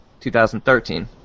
2013